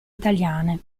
italiane